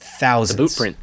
Thousands